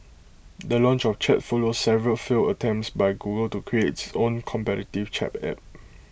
the launch of chat follows several failed attempts by Google to create its own competitive chat app